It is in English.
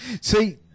see